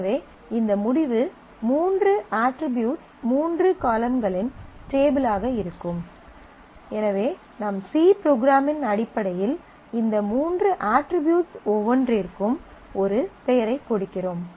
எனவே இந்த முடிவு மூன்று அட்ரிபியூட்ஸ் மூன்று காலம்களின் டேபிள் ஆக இருக்கும் எனவே நம் சி ப்ரோக்ராமின் அடிப்படையில் இந்த மூன்று அட்ரிபியூட்ஸ் ஒவ்வொன்றிற்கும் ஒரு பெயரைக் கொடுக்கிறோம்